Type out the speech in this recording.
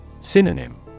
Synonym